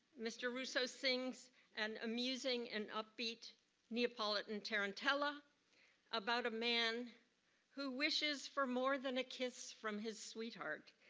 mr. russo sings an amusing and upbeat neapolitan tarantella about a man who wishes for more than a kiss from his sweetheart,